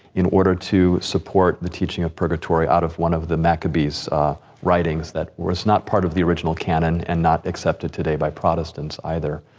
in order to support the teaching of purgatory out of one of the maccabee's writing that was not part of the original canon and not accepted today by protestants, either.